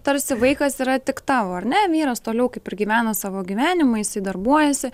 tarsi vaikas yra tik tau ar ne vyras toliau kaip ir gyveno savo gyvenimais ji darbuojasi